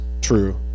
true